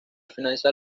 finalizar